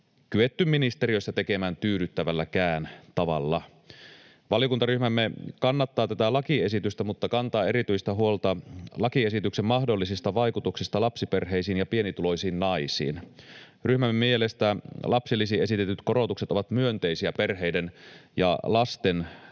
kyetty ministeriössä tekemään tyydyttävälläkään tavalla. Valiokuntaryhmämme kannattaa tätä lakiesitystä, mutta kantaa erityistä huolta lakiesityksen mahdollisista vaikutuksista lapsiperheisiin ja pienituloisiin naisiin. Ryhmämme mielestä lapsilisiin esitetyt korotukset ovat myönteisiä perheiden ja lasten